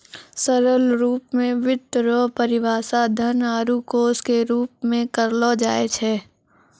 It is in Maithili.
सरल रूप मे वित्त रो परिभाषा धन आरू कोश के रूप मे करलो जाय छै